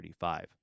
35